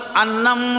Annam